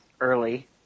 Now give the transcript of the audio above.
early